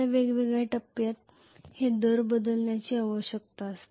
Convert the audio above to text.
हे वेगवेगळ्या टप्प्यात केले जाऊ शकते